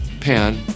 Pan